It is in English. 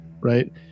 right